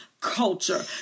culture